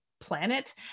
planet